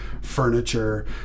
furniture